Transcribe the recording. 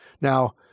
now